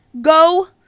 go